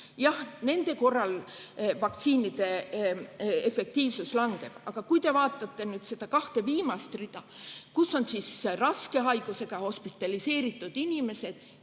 Jah, nende korral vaktsiinide efektiivsus langeb, aga kui te vaatate nüüd seda kahte viimast rida, kus on raske haigusega ja hospitaliseeritud inimesed,